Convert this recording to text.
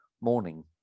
morning